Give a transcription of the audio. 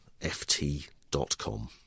ft.com